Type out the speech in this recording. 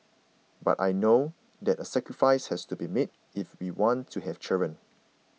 but I know that a sacrifice has to be made if we want to have children